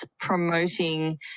promoting